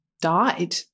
died